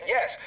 Yes